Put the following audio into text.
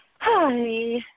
hi